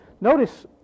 Notice